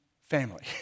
family